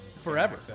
Forever